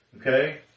okay